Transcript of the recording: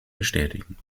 bestätigen